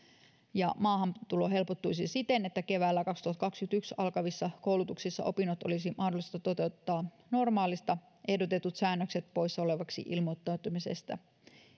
ja maahantulo helpottuisi siten että keväällä kaksituhattakaksikymmentäyksi alkavissa koulutuksissa opinnot olisi mahdollista toteuttaa normaalisti ehdotetut säännökset poissa olevaksi ilmoittautumisesta